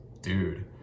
dude